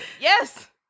yes